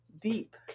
deep